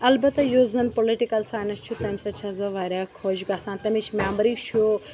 البتہ یُس زَن پُلٹِکَل ساینَس چھُ تَمہِ سۭتۍ چھَس بہٕ واریاہ خوش گژھان تَمِچ مٮ۪مری چھُ